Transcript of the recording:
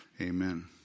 amen